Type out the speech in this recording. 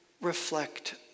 reflect